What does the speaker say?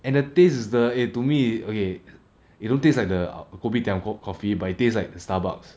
and the taste is the eh to me okay it don't taste like the kopitiam kop~ coffee by it taste like Starbucks